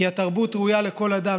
כי התרבות ראויה לכל אדם,